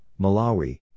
Malawi